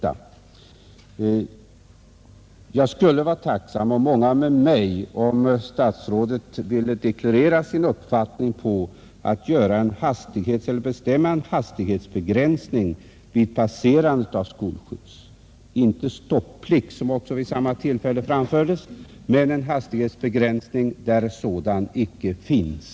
Jag och många med mig skulle vara tacksamma om statsrådet ville deklarera sin uppfattning om möjligheterna att bestämma en hastighetsbegränsning vid passerandet av stillastående skolskjuts. Detta gäller inte en stopplikt, ett krav som vid samma tillfälle framfördes, utan en hastighetsbegränsning där sådan inte redan finns.